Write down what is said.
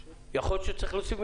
יכול להיות שצריך להוסיף תקנות,